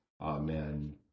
Amen